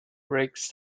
riggs